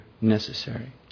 necessary